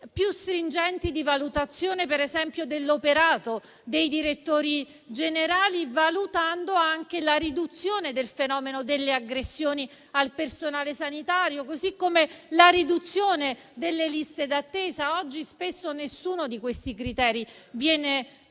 più stringenti di valutazione, per esempio, dell'operato dei direttori generali, valutando anche la riduzione del fenomeno delle aggressioni al personale sanitario, così come la riduzione delle liste d'attesa. Oggi spesso nessuno di questi criteri viene considerato